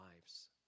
lives